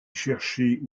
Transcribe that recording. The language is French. chercher